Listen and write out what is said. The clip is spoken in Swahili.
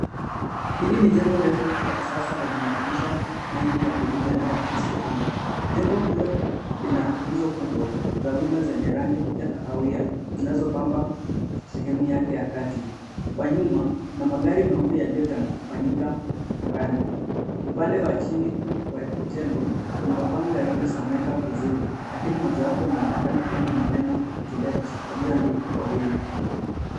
Hili ni jengo refu la kisasa lenye madirisha mengi ya buluu yanayoakisi anga ,jengo hilo lina nguzo kubwa za wima zenye rangi ya kahawia zinazo pamba sehemu yake ya kati ,kwa nyuma kuna magari meupe yaliyotawanyika angani ,upande wa chini wa jengo kuna mabango yaliyosomeka vizuri lakini mojawapo linaonekana kuwa na maneno yaliyoandikwa [To let] kwa wima.